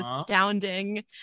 astounding